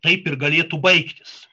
taip ir galėtų baigtis